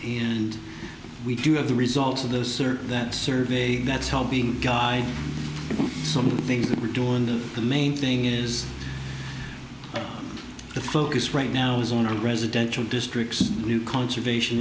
and we do have the results of those that survey that's helping guy in some of the things that we're doing the main thing is the focus right now is on a residential district new conservation